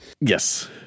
Yes